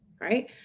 right